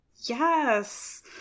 Yes